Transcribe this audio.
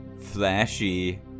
flashy